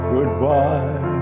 Goodbye